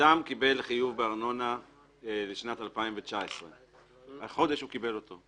אדם קיבל חיוב בארנונה לשנת 2019. החודש הוא קיבל אותו.